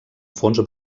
fons